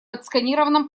отсканированном